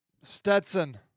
Stetson